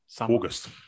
August